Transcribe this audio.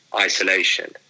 isolation